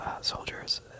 soldiers